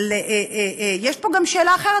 אבל יש פה גם שאלה אחרת,